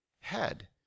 head